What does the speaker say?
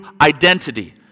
identity